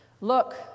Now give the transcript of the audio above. Look